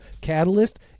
catalyst